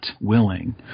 willing